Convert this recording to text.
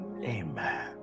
Amen